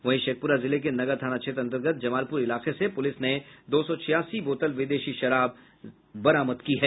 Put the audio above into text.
वहीं शेखपुरा जिले के नगर थाना क्षेत्र अन्तर्गत जमालपुर इलाके से पुलिस ने दो सौ छियासी बोतल विदेशी शराब बरामद की है